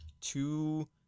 two